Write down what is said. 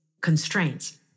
constraints